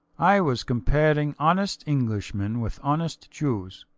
i was comparing honest englishmen with honest jews.